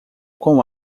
quão